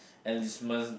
enlistment